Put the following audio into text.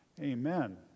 Amen